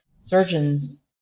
surgeons